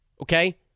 okay